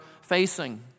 facing